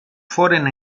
foren